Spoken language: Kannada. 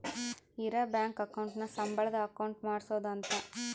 ಇರ ಬ್ಯಾಂಕ್ ಅಕೌಂಟ್ ನ ಸಂಬಳದ್ ಅಕೌಂಟ್ ಮಾಡ್ಸೋದ ಅಂತ